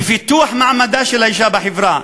בפיתוח מעמדה של האישה בחברה,